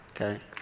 Okay